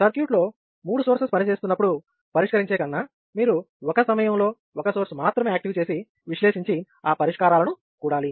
circuit లో మూడూ sources పనిచేస్తున్నప్పుడు పరిష్కరించే కన్నా మీరు ఒక సమయంలో ఒక సోర్స్ మాత్రమే యాక్టివ్ చేసి విశ్లేషించి ఆ పరిష్కారాలను కూడాలి